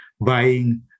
buying